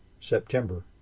September